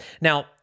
Now